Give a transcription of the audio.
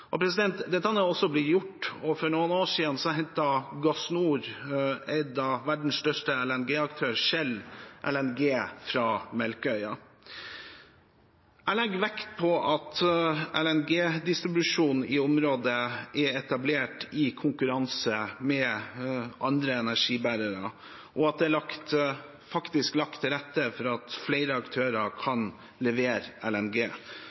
Dette er også blitt gjort, og for noen år siden hentet Gasnor – eid av verdens største LNG-aktør, Shell – LNG fra Melkøya. Jeg legger vekt på at LNG-distribusjonen i området er etablert i konkurranse med andre energibærere, og at det faktisk er lagt til rette for at flere aktører kan levere LNG.